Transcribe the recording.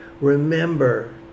Remember